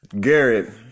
Garrett